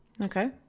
Okay